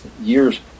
years